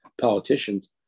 politicians